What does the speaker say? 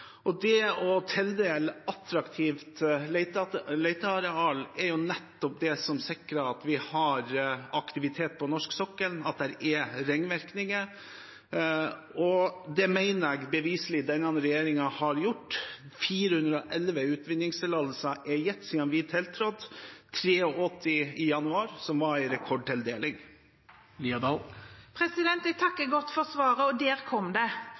Det å tildele attraktive letearealer er nettopp det som sikrer at vi har aktivitet på norsk sokkel, og at det er ringvirkninger. Det mener jeg beviselig at denne regjeringen har gjort. Det er gitt 411 utvinningstillatelser siden vi tiltrådte – 83 i januar, noe som var en rekordtildeling. Jeg takker for svaret, og der kom det: